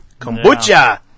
Kombucha